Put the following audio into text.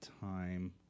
time